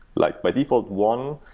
like by default, one.